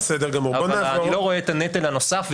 אבל אני לא רואה את הנטל הנוסף,